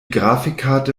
grafikkarte